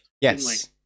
Yes